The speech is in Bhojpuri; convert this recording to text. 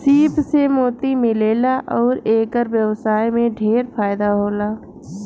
सीप से मोती मिलेला अउर एकर व्यवसाय में ढेरे फायदा होला